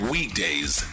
Weekdays